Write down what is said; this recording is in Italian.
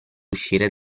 uscire